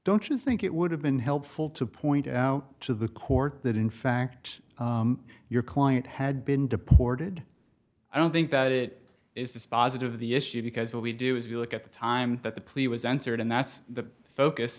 don't you think it would have been helpful to point out to the court that in fact your client had been deported i don't think that it is dispositive the issue because what we do is you look at the time that the plea was entered and that's the focus